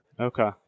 okay